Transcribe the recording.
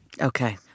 Okay